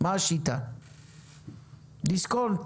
דיסקונט?